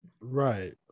Right